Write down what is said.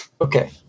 Okay